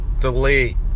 Delete